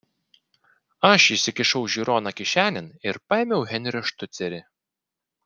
aš įsikišau žiūroną kišenėn ir paėmiau henrio štucerį